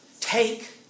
Take